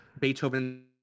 Beethoven